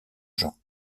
jean